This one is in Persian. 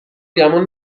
گمون